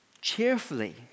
cheerfully